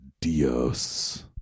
Dios